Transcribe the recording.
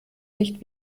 nicht